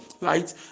right